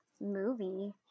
movie